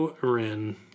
Ren